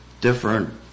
different